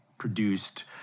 produced